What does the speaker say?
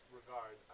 regard